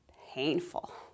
painful